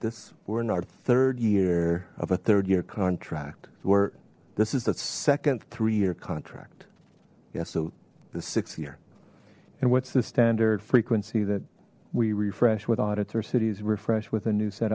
this we're in our third year of a third year contract where this is the second three year contract yeah so the six year and what's the standard frequency that we refresh with audits or cities refresh with a new set